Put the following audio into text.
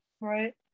Right